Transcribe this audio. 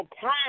time